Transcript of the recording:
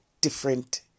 different